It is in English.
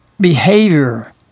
behavior